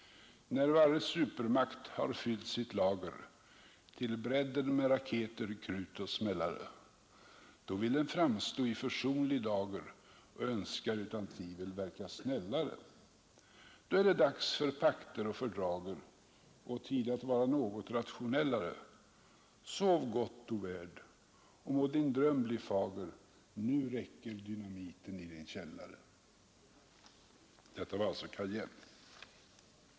När varje supermakt har fyllt sitt lager till brädden med raketer, krut och smällare då vill den framstå i försonlig dager och önskar utan tvivel verka snällare. Då är det dags för pakter och fördrager och tid att vara något rationellare. Sov gott, o värld, och må din dröm bli fager! Nu räcker dynamiten i din källare.